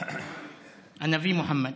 הנביא מוחמד.